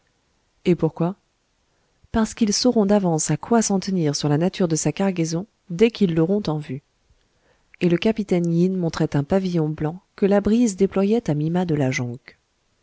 et pourquoi parce qu'ils sauront d'avance à quoi s'en tenir sur la nature de sa cargaison dès qu'ils l'auront en vue et le capitaine yin montrait un pavillon blanc que la brise déployait à mi mât de la jonque